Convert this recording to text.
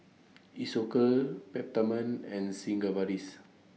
Isocal Peptamen and Sigvaris